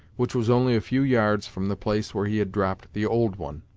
which was only a few yards from the place where he had dropped the old one.